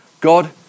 God